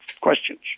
questions